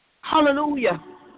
Hallelujah